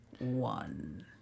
One